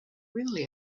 really